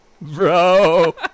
Bro